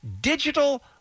digital